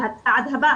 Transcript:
שהצעד הבא,